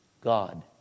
God